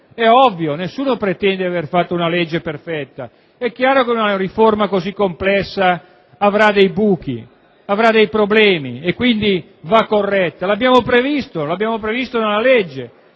È ovvio: nessuno pretende di aver fatto una legge perfetta. È chiaro che una riforma così complessa avrà dei buchi, avrà dei problemi e quindi andrà corretta, è stato previsto nella legge.